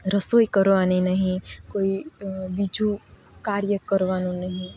રસોઈ કરવાની નહીં કોઈ બીજું કાર્ય કરવાનું નહીં